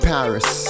Paris